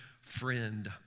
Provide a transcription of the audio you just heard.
friend